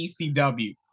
ECW